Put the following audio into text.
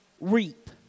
reap